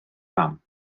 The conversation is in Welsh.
mam